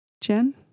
Jen